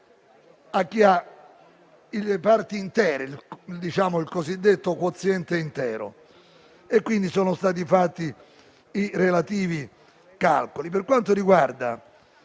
a chi ha il cosiddetto quoziente intero; quindi, sono stati fatti i relativi calcoli. Per quanto riguarda